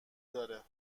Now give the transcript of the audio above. داره